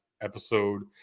episode